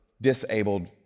disabled